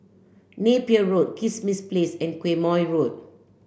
Napier Road Kismis Place and Quemoy Road